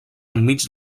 enmig